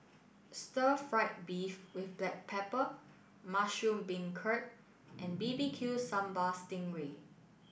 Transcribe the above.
Stir Fried Beef with Black Pepper Mushroom Beancurd and B B Q Sambal Stingray